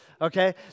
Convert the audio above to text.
Okay